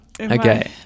Okay